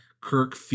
Kirk